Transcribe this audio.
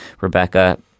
Rebecca